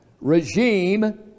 regime